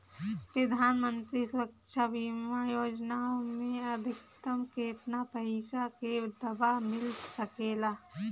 प्रधानमंत्री सुरक्षा बीमा योजना मे अधिक्तम केतना पइसा के दवा मिल सके ला?